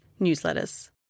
newsletters